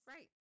Right